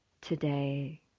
today